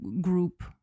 group